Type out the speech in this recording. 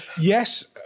Yes